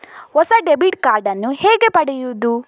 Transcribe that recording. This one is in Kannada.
ಹೊಸ ಡೆಬಿಟ್ ಕಾರ್ಡ್ ನ್ನು ಹೇಗೆ ಪಡೆಯುದು?